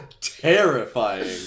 terrifying